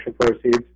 proceeds